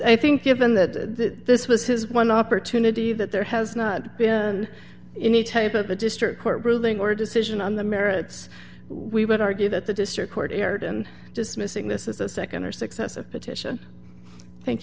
i think given that this was his one opportunity that there has not been any type of a district court ruling or a decision on the merits we would argue that the district court erred in dismissing this is a nd or successive petition thank